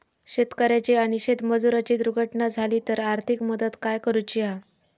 शेतकऱ्याची आणि शेतमजुराची दुर्घटना झाली तर आर्थिक मदत काय करूची हा?